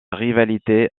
rivalité